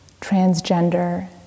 Transgender